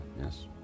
yes